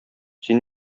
син